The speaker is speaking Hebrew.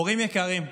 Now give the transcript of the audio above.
הורים יקרים,